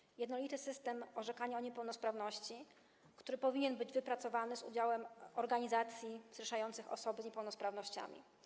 Chodzi o jednolity system orzekania o niepełnosprawności, który powinien być wypracowany z udziałem organizacji zrzeszających osoby z niepełnosprawnościami.